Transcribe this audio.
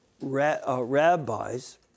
rabbis